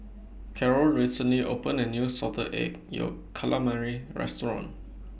Karol recently opened A New Salted Egg Yolk Calamari Restaurant